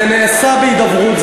זה נעשה בהידברות.